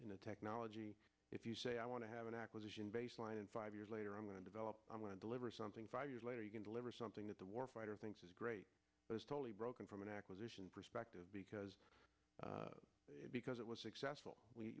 in the technology if you say i want to have an acquisition baseline in five years later i'm going to develop i want to deliver something five years later you can deliver something that the warfighter think is totally broken from an acquisition perspective because because it was successful we